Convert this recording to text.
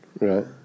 Right